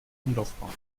umlaufbahn